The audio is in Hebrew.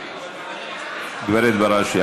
גב' בראשי,